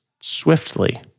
swiftly